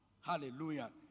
Hallelujah